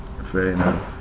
fair enough